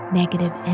negative